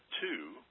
two